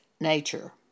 nature